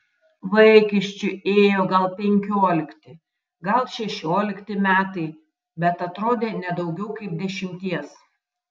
vaikiščiui ėjo gal penkiolikti gal šešiolikti metai bet atrodė ne daugiau kaip dešimties